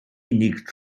unig